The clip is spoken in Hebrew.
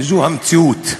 וזו המציאות.